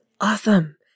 awesome